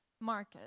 market